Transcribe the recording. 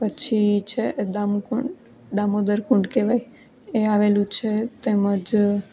પછી છે દામોકુંડ દામોદર કુંડ કહેવાય એ આવેલું છે તેમજ